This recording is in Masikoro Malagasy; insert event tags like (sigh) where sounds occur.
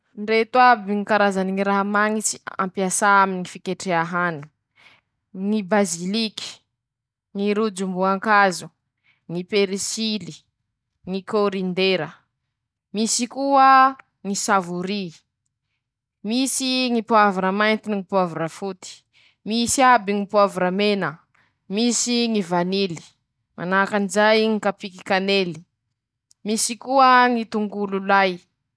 Ndreto aby ñy karazany ñy raha mañitsy ampiasa aminy ñy fiketreha (shushes) hany: - ñy baziliky, ñy rojom-boakazo, ñy perisily, ñy kôridera, misy koa a ñy savoryy, misy ñy poavira mainty no ñy poavira foty, misy iaby ñy poavira mena, misy ñy vanily, manahak'anizay ñy kapiky kanely, (shushes) misy koa ñy tongolo lay.